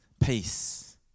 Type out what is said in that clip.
peace